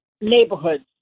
neighborhoods